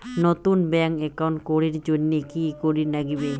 নতুন bank account করির জন্যে কি করিব নাগিবে?